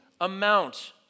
amount